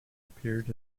appeared